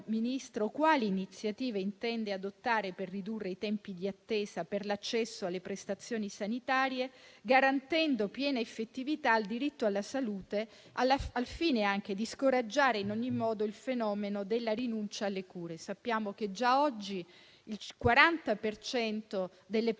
quali iniziative intende adottare per ridurre i tempi di attesa per l'accesso alle prestazioni sanitarie, garantendo piena effettività al diritto alla salute, al fine anche di scoraggiare in ogni modo il fenomeno della rinuncia alle cure. Sappiamo che già oggi il 40 per cento